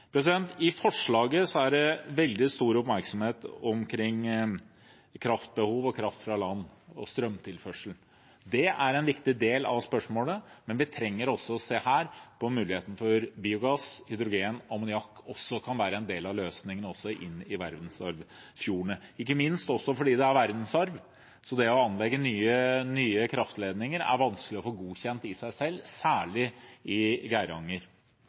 veldig stor oppmerksomhet omkring kraftbehov, kraft fra land, og strømtilførsel. Det er en viktig del av spørsmålet, men vi trenger også å se på muligheten for at biogass, hydrogen, ammoniakk kan være en del av løsningen i verdensarvfjordene – ikke minst fordi det er verdensarv, så å anlegge nye kraftledninger er vanskelig å få godkjent i seg selv, særlig i Geiranger.